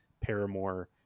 Paramore